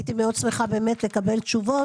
הייתי מאוד שמחה באמת לקבל תשובות,